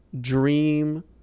dream